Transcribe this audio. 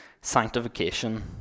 sanctification